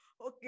okay